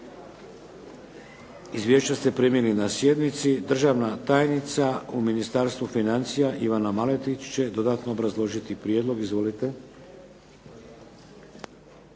Izvješća ste primili na sjednici. Državna tajnica u Ministarstvu financija Ivana Maletić će dodatno obrazložiti prijedlog. Izvolite.